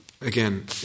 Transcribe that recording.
Again